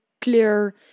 clear